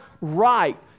right